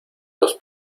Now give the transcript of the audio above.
los